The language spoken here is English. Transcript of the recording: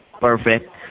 Perfect